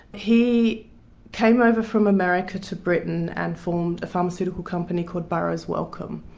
he came over from america to britain and formed a pharmaceutical company called burroughs wellcome.